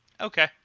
Okay